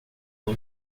uma